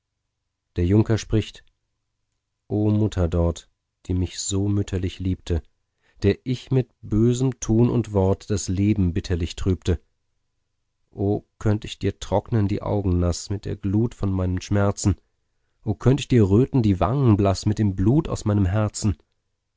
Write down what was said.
der junker spricht o mutter dort die mich so mütterlich liebte der ich mit bösem tun und wort das leben bitterlich trübte o könnt ich dir trocknen die augen naß mit der glut von meinen schmerzen o könnt ich dir röten die wangen blaß mit dem blut aus meinem herzen